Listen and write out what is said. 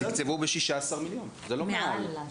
אז תקצבו ב-16 מיליון, זה לא מעל.